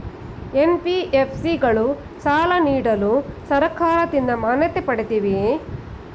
NBFC ಗಳು ಸಾಲ ನೀಡಲು ಸರ್ಕಾರದಿಂದ ಮಾನ್ಯತೆ ಪಡೆದಿವೆಯೇ?